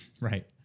Right